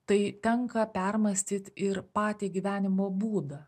tai tenka permąstyt ir patį gyvenimo būdą